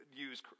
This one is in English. use